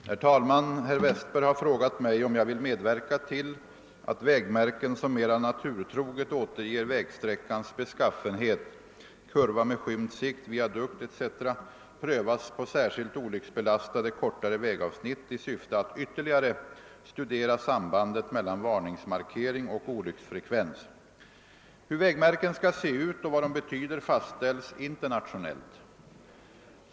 Herr talman! Herr Westberg har frågat mig om jag vill medverka till att vägmärken, som mer naturtroget återger vägsträckans beskaffenhet , prövas på särskilt olycksbelastade kortare vägavsnitt i syfte att ytterligare studera sambandet mellan varningsmarkering och olycksfrekvens. Hur vägmärken skall se ut och vad de betyder fastställs internationellt.